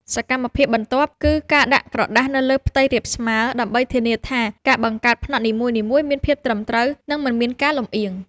សកម្មភាពបន្ទាប់ គឺការដាក់ក្រដាសនៅលើផ្ទៃរាបស្មើ ដើម្បីធានាថាការបង្កើតផ្នត់នីមួយៗមានភាពត្រឹមត្រូវ និងមិនមានការលម្អៀង។